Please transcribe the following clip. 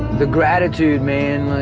the gratitude, man,